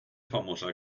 famosa